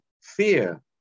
fear